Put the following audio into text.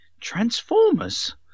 Transformers